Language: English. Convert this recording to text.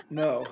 no